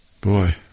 boy